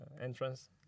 entrance